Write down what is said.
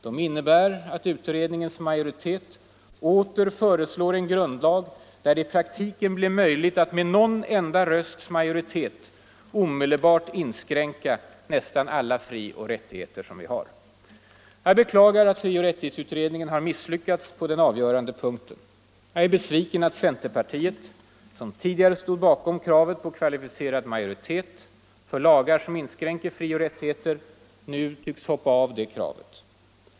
De innebär att utredningens majoritet åter föreslår en grundlag som gör att det i praktiken blir möjligt att med någon enda rösts majoritet omedelbart inskränka nästan alla frioch rättigheter som vi har. Vi beklagar att frioch rättighetsutredningen har misslyckats på den avgörande punkten. Jag är besviken över att centerpartiet, som tidigare stod bakom kravet på kvalificerad majoritet för lagar som inskränker frioch rättigheter, nu tycks hoppa av från det kravet.